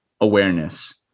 awareness